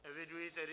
Eviduji tedy...